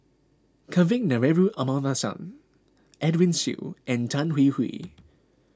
Kavignareru Amallathasan Edwin Siew and Tan Hwee Hwee